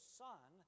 son